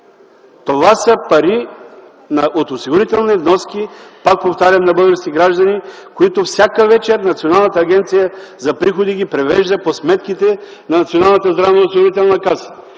Това са пари от осигурителни вноски, пак повтарям, на български граждани, които всяка вечер Националната агенция за приходи ги привежда по сметките на Националната здравноосигурителна каса.